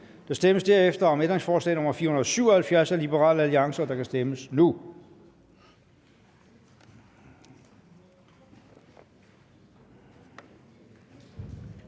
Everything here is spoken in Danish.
Der stemmes derefter om ændringsforslag nr. 477 af Liberal Alliance, og der kan stemmes nu.